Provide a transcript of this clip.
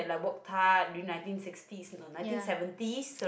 ya